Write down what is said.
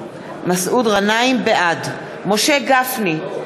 בעד משה גפני,